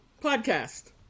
podcast